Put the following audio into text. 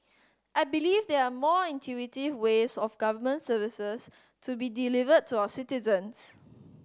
I believe there are more intuitive ways of government services to be delivered to our citizens